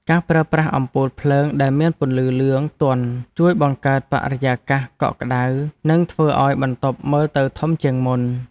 ការប្រើប្រាស់អំពូលភ្លើងដែលមានពន្លឺលឿងទន់ជួយបង្កើតបរិយាកាសកក់ក្តៅនិងធ្វើឱ្យបន្ទប់មើលទៅធំជាងមុន។